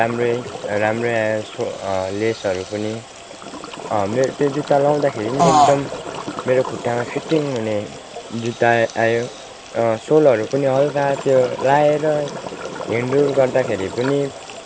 राम्रै राम्रै आयो लेसहरू पनि मेरो त्यो जुत्ता लाउँदाखेरि नि एकदम मेरो खुट्टामा फिटिङ हुने जुत्ता आयो आयो र सोलहरू पनि हल्का त्यो लाएर हिँड्डुल गर्दाखेरि पनि